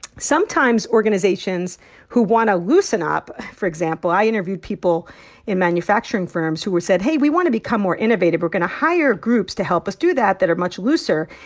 sometimes organizations who want to loosen up for example, i interviewed people in manufacturing firms who said, hey, we want to become more innovative. we're going to hire groups to help us do that that are much looser.